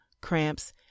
cramps